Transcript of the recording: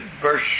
verse